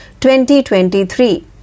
2023